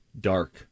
dark